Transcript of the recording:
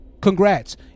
Congrats